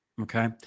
okay